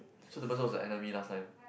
so the person was the enemy last time